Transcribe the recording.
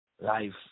life